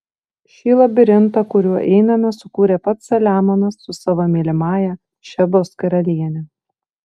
šį labirintą kuriuo einame sukūrė pats saliamonas su savo mylimąja šebos karaliene